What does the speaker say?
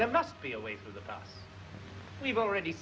that must be a way we've already